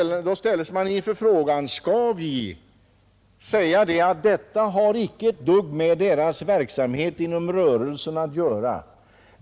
Och då ställs man inför frågan huruvida vi skall säga att detta har inte ett dugg med företagets verksamhet att göra.